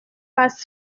pas